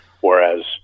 Whereas